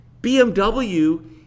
BMW